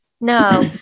No